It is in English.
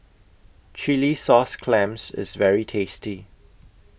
Chilli Sauce Clams IS very tasty